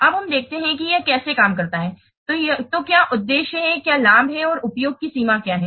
अब हम देखते हैं कि यह कैसे काम करता है तो क्या उद्देश्य हैं क्या लाभ हैं और उपयोग की सीमा क्या है